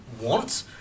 want